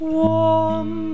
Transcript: warm